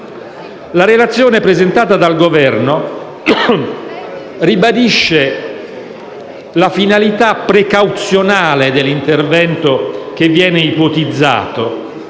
La relazione presentata dal Governo ribadisce la finalità precauzionale dell'intervento ipotizzato